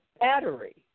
battery